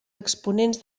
exponents